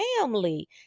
family